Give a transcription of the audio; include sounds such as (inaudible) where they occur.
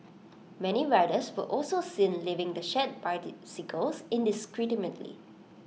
many riders were also seen leaving the shared (unintelligible) indiscriminately